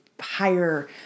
higher